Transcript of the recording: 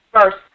first